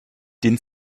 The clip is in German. den